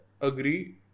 agree